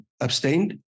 abstained